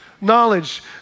knowledge